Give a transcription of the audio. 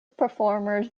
performers